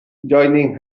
joining